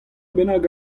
bennak